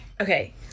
Okay